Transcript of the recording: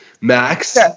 max